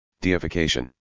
deification